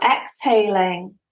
exhaling